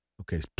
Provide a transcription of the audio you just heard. okay